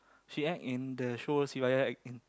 she act in the show Sivaya acting